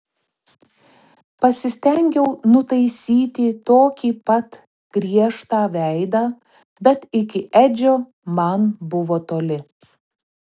pasistengiau nutaisyti tokį pat griežtą veidą bet iki edžio man buvo toli